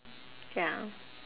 ya